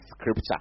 scripture